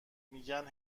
میگن